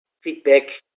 feedback